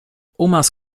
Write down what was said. omas